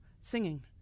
singing